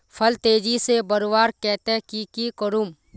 फल तेजी से बढ़वार केते की की करूम?